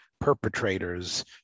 perpetrators